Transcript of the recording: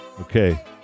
Okay